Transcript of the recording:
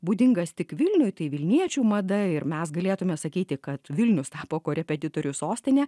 būdingas tik vilniuj tai vilniečių mada ir mes galėtume sakyti kad vilnius tapo korepetitorių sostine